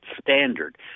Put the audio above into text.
standard